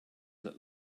that